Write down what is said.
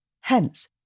Hence